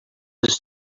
his